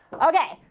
okay,